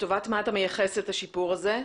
לטובת מה אתה מייחס את השיפור הזה?